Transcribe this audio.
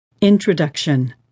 Introduction